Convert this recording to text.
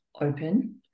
open